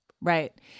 Right